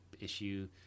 issue